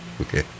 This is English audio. okay